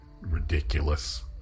ridiculous